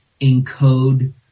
encode